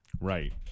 Right